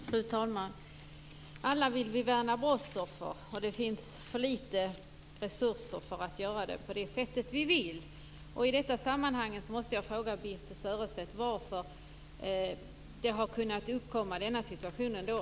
Fru talman! Alla vill vi värna brottsoffer. Men det finns för litet resurser för att göra det på det sätt som vi vill. I detta sammanhang måste jag fråga Birthe Sörestedt varför den här situationen har kunnat uppkomma.